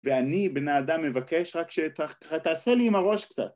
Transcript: ואני בן האדם מבקש רק שתעשה לי עם הראש קצת.